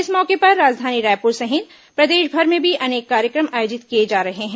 इस मौके पर राजधानी रायपुर सहित प्रदेशभर में भी अनेक कार्यक्रम आयोजित किए जा रहे हैं